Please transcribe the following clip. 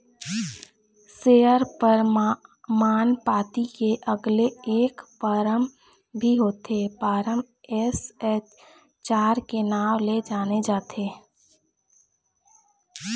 share परमान पाती के अलगे एक फारम भी होथे फारम एस.एच चार के नांव ले जाने जाथे